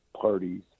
parties